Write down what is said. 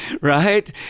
right